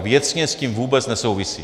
Věcně s tím vůbec nesouvisí.